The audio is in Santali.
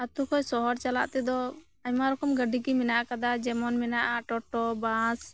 ᱟᱛᱩ ᱠᱷᱚᱡ ᱥᱚᱦᱚᱨ ᱪᱟᱞᱟᱜ ᱛᱮᱫᱚ ᱟᱭᱢᱟ ᱨᱚᱠᱚᱢ ᱜᱟᱰᱤ ᱜᱮ ᱢᱮᱱᱟᱜ ᱠᱟᱫᱟ ᱡᱮᱢᱚᱱ ᱢᱮᱱᱟᱜᱼᱟ ᱴᱳᱴᱳ ᱵᱟᱥ